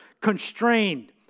constrained